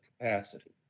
capacity